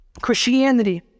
Christianity